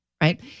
right